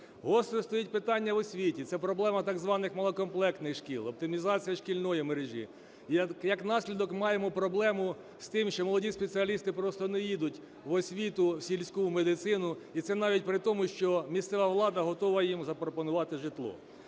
Гостро стоїть питання в освіті - це проблема так званих малокомплектних шкіл, оптимізація шкільної мережі. І як наслідок, маємо проблему з тим, що молоді спеціалісти просто не їдуть в освіту, в сільську медицину. І це навіть при тому, що місцева влада готова їм запропонувати житло.